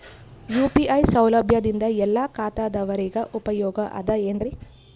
UPI ಸೌಲಭ್ಯದಿಂದ ಎಲ್ಲಾ ಖಾತಾದಾವರಿಗ ಉಪಯೋಗ ಅದ ಏನ್ರಿ?